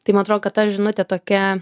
tai man atrodo kad ta žinutė tokia